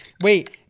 Wait